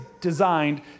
designed